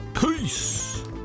Peace